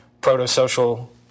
proto-social